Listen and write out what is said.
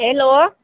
hello